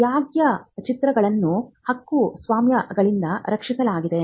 ವ್ಯಂಗ್ಯಚಿತ್ರಗಳನ್ನು ಹಕ್ಕುಸ್ವಾಮ್ಯಗಳಿಂದ ರಕ್ಷಿಸಲಾಗಿದೆ